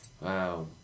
Wow